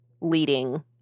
leading